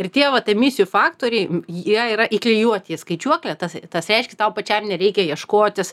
ir tie vat emisijų faktoriai jie yra įklijuoti į skaičiuoklę tas tas reiškia tau pačiam nereikia ieškotis